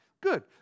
good